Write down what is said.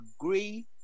agree